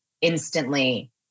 instantly